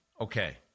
okay